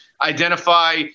identify